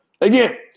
Again